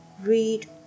Read